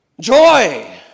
Joy